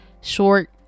short